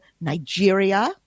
Nigeria